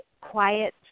quiet